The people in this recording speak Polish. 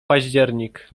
październik